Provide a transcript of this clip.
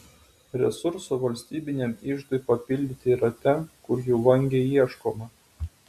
resursų valstybiniam iždui papildyti yra ten kur jų vangiai ieškoma